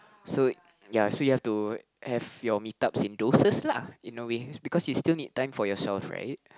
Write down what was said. so ya so you have to have your meet up synostoses lah in a way because you still need time for yourself right